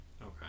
Okay